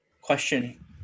question